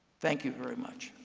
thank you very much.